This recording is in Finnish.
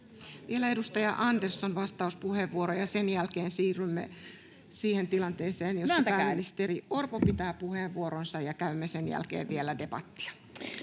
Vielä edustaja Andersson, vastauspuheenvuoro, ja sen jälkeen siirrymme siihen tilanteeseen, jossa pääministeri Orpo pitää puheenvuoronsa, ja käymme sen jälkeen vielä debattia.